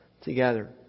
together